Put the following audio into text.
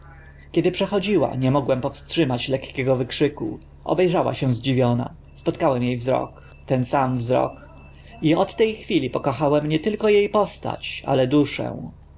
kiedy przechodziła nie mogłem powstrzymać lekkiego wykrzyku obe rzała się zdziwiona spotkałem e wzrok ten sam wzrok i od te chwili pokochałem nie tylko e postać ale duszę